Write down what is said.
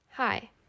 Hi